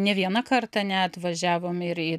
ne vieną kartą net važiavom ir į